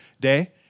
day